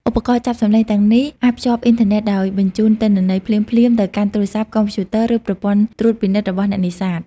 ឧបករណ៍ចាប់សញ្ញាទាំងនេះអាចភ្ជាប់អ៊ីនធឺណិត ហើយបញ្ជូនទិន្នន័យភ្លាមៗទៅកាន់ទូរស័ព្ទ កុំព្យូទ័រ ឬប្រព័ន្ធត្រួតពិនិត្យរបស់អ្នកនេសាទ។